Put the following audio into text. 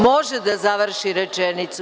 Samo da završi rečenicu.